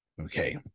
Okay